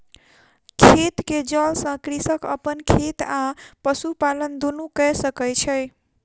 खेत के जल सॅ कृषक अपन खेत आ पशुपालन दुनू कय सकै छै